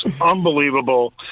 unbelievable